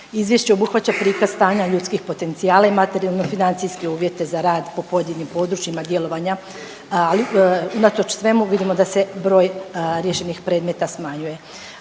Izvješće obuhvaća prikaz stanja ljudskih potencijala i materijalno financijske uvjete za rad po pojedinim područjima djelovanja, ali unatoč svemu vidimo da se broj riješenih predmeta smanjuje,